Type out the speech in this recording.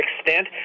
extent